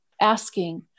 asking